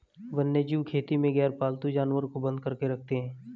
वन्यजीव खेती में गैरपालतू जानवर को बंद करके रखते हैं